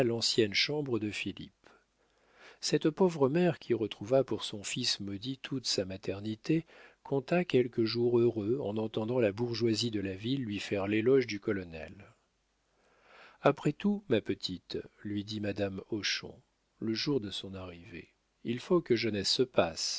l'ancienne chambre de philippe cette pauvre mère qui retrouva pour son fils maudit toute sa maternité compta quelques jours heureux en entendant la bourgeoisie de la ville lui faire l'éloge du colonel après tout ma petite lui dit madame hochon le jour de son arrivée il faut que jeunesse se passe